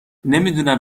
نمیدونم